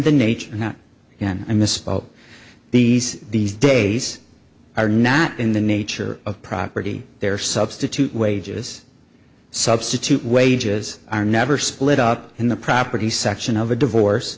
the nature not yet i misspoke these these days are not in the nature of property they're substitute wages substitute wages are never split up in the property section of a divorce